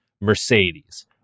Mercedes